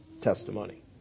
testimony